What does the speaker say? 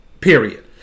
period